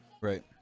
Right